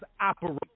operate